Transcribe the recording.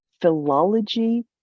Philology